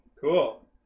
Cool